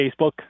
Facebook